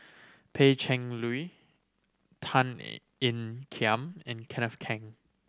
Pan Cheng Lui Tan Ean Kiam and Kenneth Keng